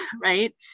right